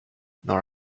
nor